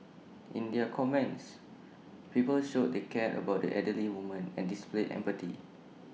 in their comments people showed they cared about the elderly woman and displayed empathy